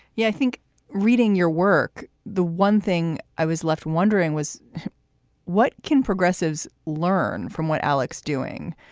yeah i think reading your work. the one thing i was left wondering was what can progressives learn from what alex doing?